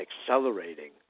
accelerating